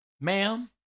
ma'am